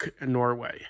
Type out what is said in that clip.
Norway